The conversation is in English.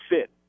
fit